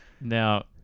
Now